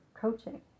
coaching